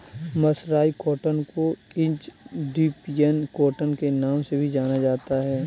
mercerised cotton को Egyptian cotton के नाम से भी जाना जाता है